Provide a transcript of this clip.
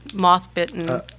Moth-bitten